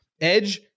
Edge